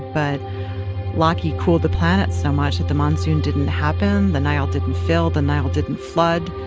but laki cooled the planet so much that the monsoon didn't happen, the nile didn't fill, the nile didn't flood,